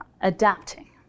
adapting